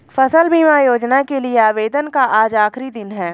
फसल बीमा योजना के लिए आवेदन का आज आखरी दिन है